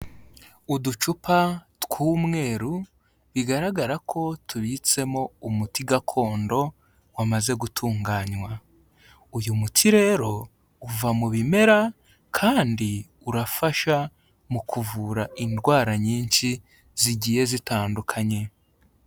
Uducupa tw'umweru bigaragara ko tubitsemo umuti gakondo wamaze gutunganywa. Uyu muti rero uva mu bimera kandi urafasha mu kuvura indwara nyinshi zigiye zitandukanye.